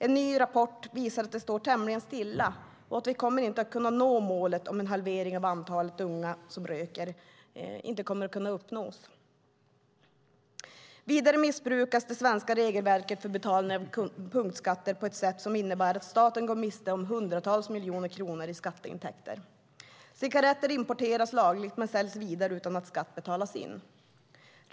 En ny rapport visar att det står tämligen stilla och att vi inte kommer att nå målet om en halvering av antalet unga som röker. Vidare missbrukas det svenska regelverket för betalning av punktskatter på ett sätt som innebär att staten går miste om hundratals miljoner kronor i skatteintäkter. Cigaretter importeras lagligt men säljs vidare utan att skatt betalas in.